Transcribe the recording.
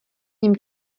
ním